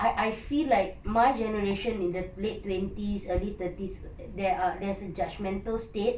I I feel like my generation in the late twenties early thirties there are there's a judgemental state